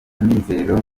amizero